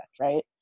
right